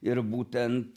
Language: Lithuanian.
ir būtent